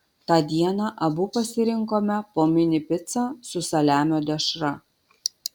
tą dieną abu pasirinkome po mini picą su saliamio dešra